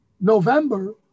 November